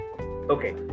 Okay